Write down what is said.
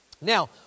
Now